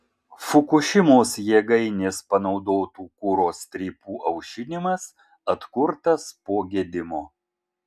fukušimos jėgainės panaudotų kuro strypų aušinimas atkurtas po gedimo